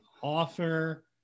author